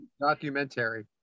Documentary